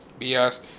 BS